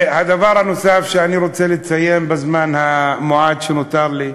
הדבר הנוסף שאני רוצה לציין בזמן המועט שנותר לי,